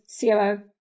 COO